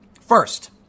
First